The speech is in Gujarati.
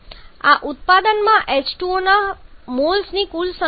આ ઉત્પાદનમાં હાજર H2O ના મોલ્સની કુલ સંખ્યા છે